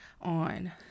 on